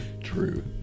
true